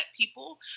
people